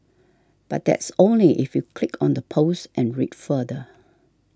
but that's only if you click on the post and read further